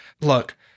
look